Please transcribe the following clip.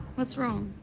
what's wrong?